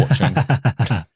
watching